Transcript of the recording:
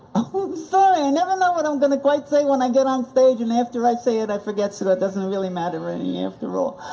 oh sorry, i never know what i'm gonna quite say when i get on stage and after i say it i forget so that doesn't really matter any after all.